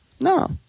No